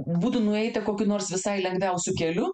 būtų nueita kokiu nors visai lengviausiu keliu